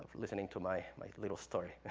listening to my my little story.